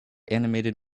animated